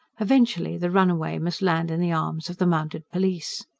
eventually the runaway must land in the arms of the mounted police.